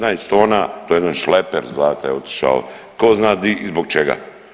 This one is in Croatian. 15 tona to je jedan šleper zlata je otišao tko zna di i zbog čega.